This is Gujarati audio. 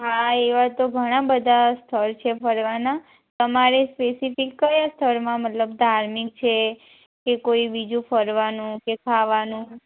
હા એવા તો ઘણા બધા સ્થળ છે ફરવાના તમારે સ્પેસીફીક કયા સ્થળમાં મતલબ ધાર્મિક છે કે કોઈ બીજું ફરવાનું કે ખાવાનું